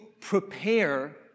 prepare